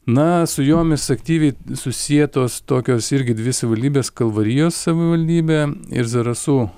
na su jomis aktyviai susietos tokios irgi dvi savivaldybės kalvarijos savivaldybė ir zarasų